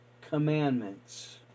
commandments